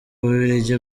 bubiligi